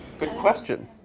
good question.